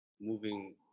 moving